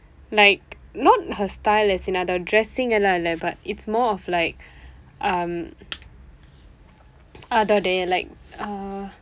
like not her style as in அதுவுடைய:athuvudaiya dressing எல்லாம் இல்லை:ellaam illai but it's more of like um அதோட:athoda like uh